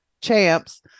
champs